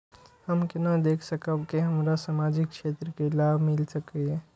हम केना देख सकब के हमरा सामाजिक क्षेत्र के लाभ मिल सकैये?